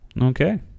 Okay